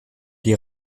die